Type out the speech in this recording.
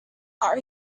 are